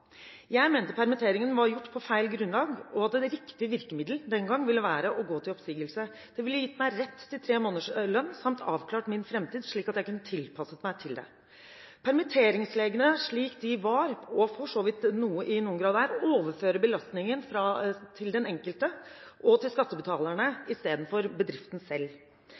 Jeg mente permitteringen var gjort på feil grunnlag, og at det riktige virkemiddel den gang ville vært å gå til oppsigelse. Det ville gitt meg rett til tre måneders lønn samt avklart min framtid, slik at jeg kunne tilpasset meg det. Permitteringsreglene, slik de var, og for så vidt i noen grad er, overfører belastningen til den enkelte og til skattebetalerne istedenfor til bedriften selv.